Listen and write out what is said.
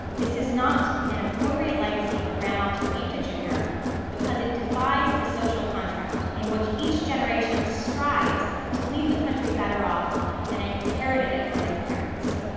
this is not an appropriate legacy for grandma to leave to junior because it defies the social contract in which each generation strives to leave the country better off than it inherited it from its parents.